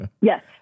Yes